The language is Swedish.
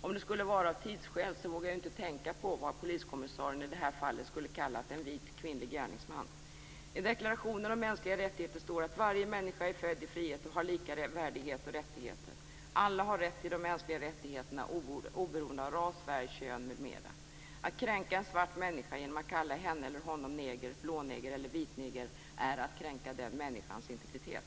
Om det skulle vara av tidsskäl vågar jag inte tänka på vad poliskommissarien i det här fallet skulle kalla en vit kvinnlig gärningsman. I deklarationen om mänskliga rättigheter står att varje människa är född i frihet och har lika värdighet och rättigheter. Alla har rätt till de mänskliga rättigheterna oberoende av ras, färg, kön m.m. Att kränka en svart människa genom att kalla henne eller honom neger, blåneger eller vitneger är att kränka den människans integritet.